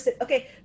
Okay